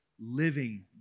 living